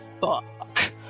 fuck